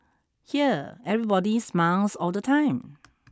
here everybody smiles all the time